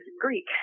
Greek